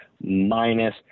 minus